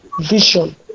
vision